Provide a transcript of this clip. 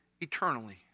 eternally